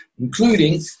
including